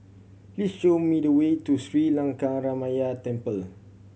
please show me the way to Sri Lankaramaya Temple